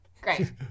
Great